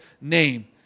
name